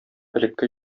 элекке